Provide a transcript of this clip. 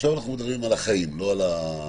עכשיו אנחנו מדברים על החיים, לא על החוק.